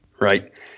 right